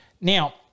Now